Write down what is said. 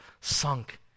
sunk